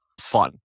fun